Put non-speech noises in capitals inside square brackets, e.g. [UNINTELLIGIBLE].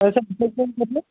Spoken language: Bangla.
পয়সা [UNINTELLIGIBLE]